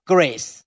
Grace